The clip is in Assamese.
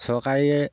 চৰকাৰীয়ে